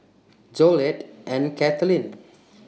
Jolette and Kathlyn